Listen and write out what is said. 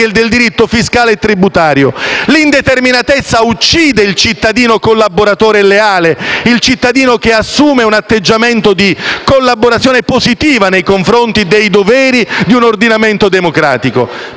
che del diritto fiscale e tributario. L'indeterminatezza uccide il cittadino collaboratore e leale, il cittadino che assume un atteggiamento di collaborazione positiva nei confronti dei doveri di un ordinamento democratico.